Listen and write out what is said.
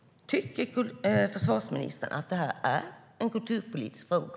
Tycker försvarsministern att det här är även en kulturpolitisk fråga?